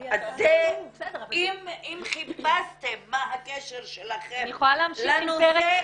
אם חיפשתם מה הקשר שלכם לנו זה ----- תרמית,